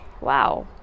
wow